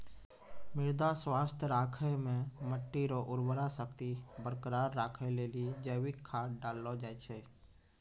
मृदा स्वास्थ्य राखै मे मट्टी रो उर्वरा शक्ति बरकरार राखै लेली जैविक खाद डाललो जाय छै